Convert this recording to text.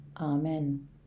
Amen